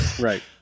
Right